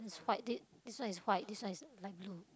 that's white this this one is white this one is light blue